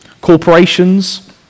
corporations